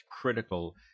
critical